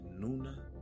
Nuna